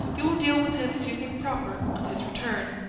you will deal with him as you think proper on his return.